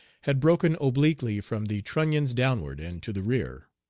had broken obliquely from the trunnions downward and to the rear.